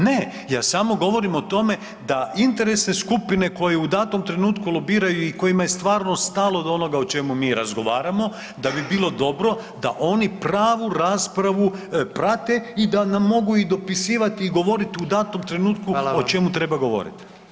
Ne, ja samo govorim o tome da interesne skupine koje u datom trenutku lobiraju i kojima je stvarno stalo do onoga o čemu mi razgovaramo, da bi bilo dobro da oni pravu raspravu prate i da nam mogu i dopisivati i govoriti u datom trenutku o čemu treba govoriti.